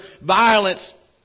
violence